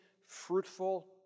fruitful